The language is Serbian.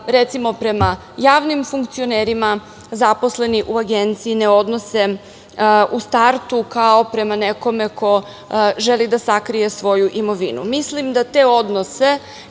recimo, prema javnim funkcionerima zaposleni u Agenciji ne odnose u startu kao prema nekome ko želi da sakrije svoju imovinu? Mislim da te odnose